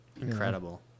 Incredible